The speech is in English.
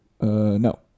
No